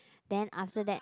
then after that